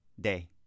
day